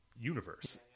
universe